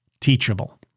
teachable